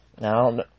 Now